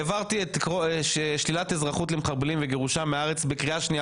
העברתי בקריאה שנייה ושלישית את שלילת אזרחות למחבלים וגירושם מהארץ,